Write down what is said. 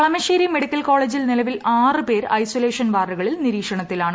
Kalamassery medical കോളേജിൽ നിലവിൽ ആറ് പേർ ഐസൊലേഷൻ വാർഡുകളിൽ നിരീക്ഷണത്തിലാണ്